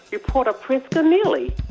reporter priska neely,